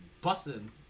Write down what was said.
busting